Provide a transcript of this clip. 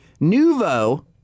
Nuvo